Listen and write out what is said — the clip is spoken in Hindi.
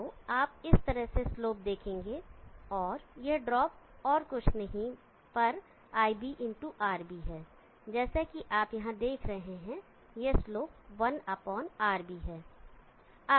तो आप इस तरह से स्लोप देखेंगे और यह ड्रॉप और कुछ नहीं पर iB ˟ RB है जैसा कि आप यहाँ देख रहे हैं और यह स्लोप 1RB है